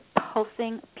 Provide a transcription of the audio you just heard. pulsing